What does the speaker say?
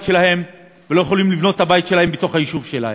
שלהם ולא יכולים לבנות את הבית שלהם בתוך היישוב שלהם.